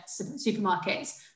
supermarkets